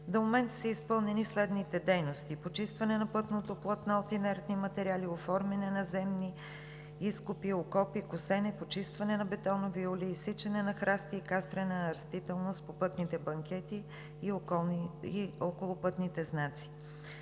До момента са изпълнени следните дейности: почистване на пътното платно от инертни материали, оформяне на земни изкопи, окопи, косене, почистване на бетонови улеи, изсичане на храсти и кастрене на растителност по пътните банкети и около пътните знаци.